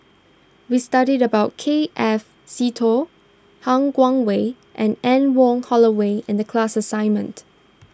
we studied about K F Seetoh Han Guangwei and Anne Wong Holloway in the class assignment